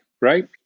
right